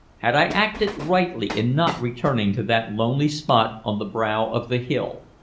had i acted rightly in not returning to that lonely spot on the brow of the hill?